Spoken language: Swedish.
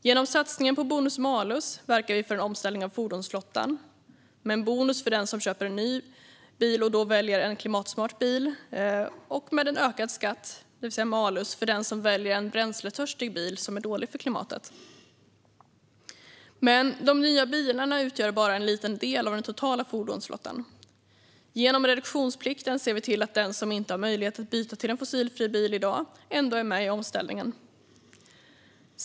Genom satsningen på bonus-malus verkar vi för en omställning av fordonsflottan, med en bonus för den som köper en ny bil och då väljer en klimatsmart bil och med en ökad skatt - malus - för den som väljer en bränsletörstig bil som är dålig för klimatet. Men de nya bilarna utgör bara en liten del av den totala fordonsflottan. Genom reduktionsplikten ser vi till att den som inte har möjlighet att byta till en fossilfri bil i dag ändå är med i omställningen.